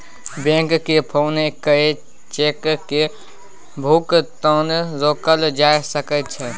बैंककेँ फोन कए चेकक भुगतान रोकल जा सकै छै